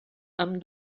amb